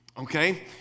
okay